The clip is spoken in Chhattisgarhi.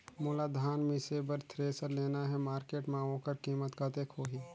मोला धान मिसे बर थ्रेसर लेना हे मार्केट मां होकर कीमत कतेक होही?